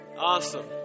Awesome